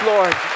Lord